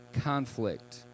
conflict